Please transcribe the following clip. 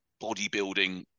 bodybuilding